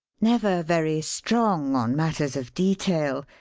never very strong on matters of detail,